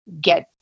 get